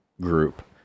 group